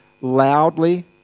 loudly